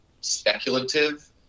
speculative